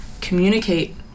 communicate